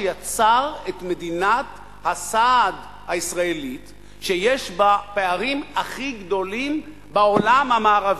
שיצר את מדינת הסעד הישראלית שיש בה פערים הכי גדולים בעולם המערבי,